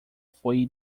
foi